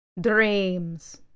Dreams